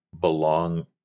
belong